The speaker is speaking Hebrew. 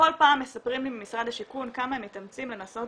בכל פעם מספרים לי ממשרד השיכון כמה הם מתאמצים לנסות